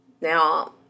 Now